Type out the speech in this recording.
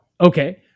okay